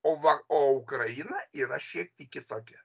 o va o ukraina yra šiek tiek kitokia